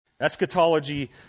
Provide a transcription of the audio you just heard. Eschatology